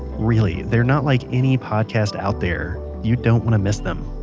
really, they're not like any podcast out there you don't want to miss them.